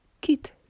kit